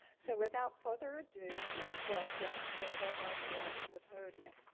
so without further ado, please welcome betul basaran to the podium.